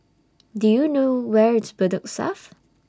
Do YOU know Where IS Bedok South